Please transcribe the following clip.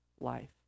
life